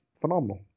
phenomenal